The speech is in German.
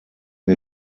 wir